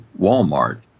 Walmart